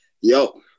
yo